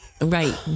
Right